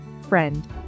friend